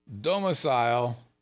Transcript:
Domicile